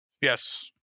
Yes